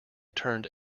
turned